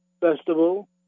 Festival